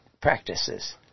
practices